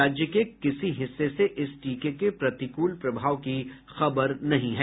राज्य के किसी हिस्से से इस टीके के प्रतिकूल प्रभाव की खबर नहीं है